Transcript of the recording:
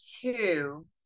two